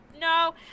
no